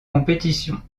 compétition